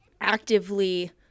actively